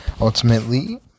Ultimately